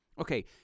Okay